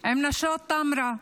עם נשות טמרה,